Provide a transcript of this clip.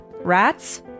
rats